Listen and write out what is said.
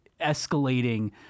escalating